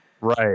right